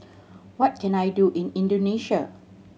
what can I do in Indonesia